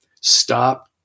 stop